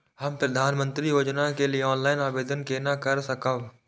हम प्रधानमंत्री योजना के लिए ऑनलाइन आवेदन केना कर सकब?